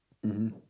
mmhmm